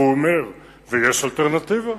והוא אומר: יש אלטרנטיבה,